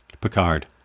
Picard